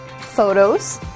Photos